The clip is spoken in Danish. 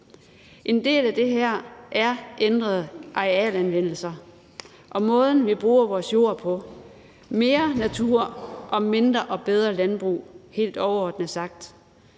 En del af det her er ændret arealanvendelse og måden, vi bruger vores jord på, mere natur og mindre og bedre landbrug – helt overordnet sagt.